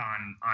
on